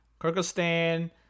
Kyrgyzstan